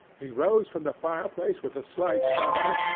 he rose from the fireplace with a slight sigh,